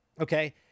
Okay